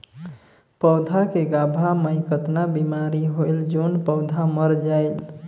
पौधा के गाभा मै कतना बिमारी होयल जोन पौधा मर जायेल?